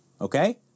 Okay